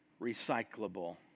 recyclable